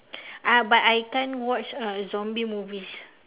ah but I can't watch uh zombie movies